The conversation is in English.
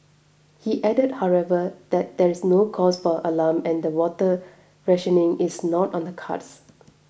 he added however that there is no cause for alarm and the water rationing is not on the cards